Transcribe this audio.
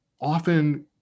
often